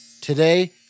Today